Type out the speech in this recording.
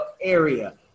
area